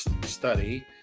study